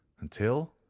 until,